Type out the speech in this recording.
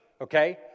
okay